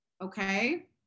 Okay